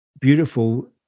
beautiful